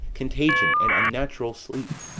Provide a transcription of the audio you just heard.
contagion, and unnatural sleep.